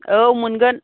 औ मोनगोन